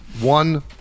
one